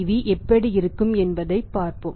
NPV எப்படி இருக்கும் என்பதைப் பார்ப்போம்